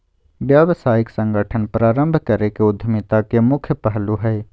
व्यावसायिक संगठन प्रारम्भ करे के उद्यमिता के मुख्य पहलू हइ